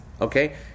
Okay